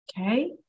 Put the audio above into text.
okay